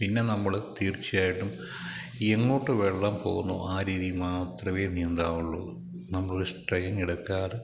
പിന്നെ നമ്മള് തീർച്ചയായിട്ടും എങ്ങോട്ട് വെള്ളം പോകണോ ആ രീതി മാത്രമേ നീന്താവുള്ളൂ നമ്മള് സ്ട്രെയിൻ എടുക്കാതെ